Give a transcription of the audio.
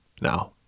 now